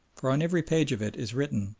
for on every page of it is written,